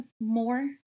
more